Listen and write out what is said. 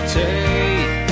take